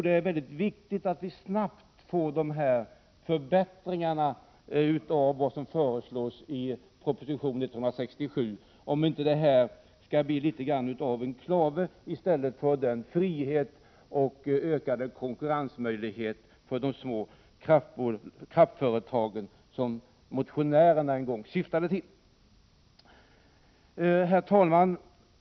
Det är viktigt att snabbt få de förbättringar som vi föreslår till propositionens förslag om inte det hela skall bli något av en halsklave i stället för den frihet och ökade konkurrensmöjlighet för de små kraftföretagen som motionärerna en gång syftade till. Herr talman!